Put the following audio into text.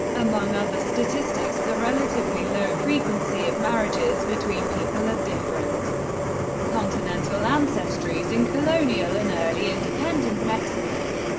among other statistics the relatively low frequency of marriages between people of different continental ancestries in colonial and early independent mexico.